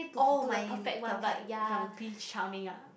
oh my prince charming ah